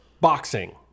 boxing